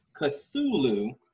Cthulhu